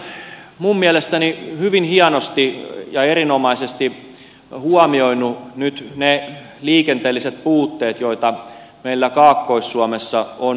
hallitus on minun mielestäni hyvin hienosti ja erinomaisesti huomioinut nyt ne liikenteelliset puutteet joita meillä kaakkois suomessa on ollut